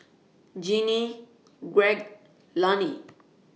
Ginny Greg Lani